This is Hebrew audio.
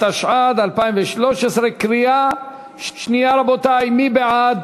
התשע"ד 2013, מי בעד?